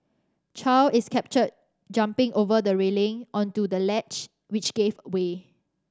Chow is captured jumping over the railing onto the ledge which gave way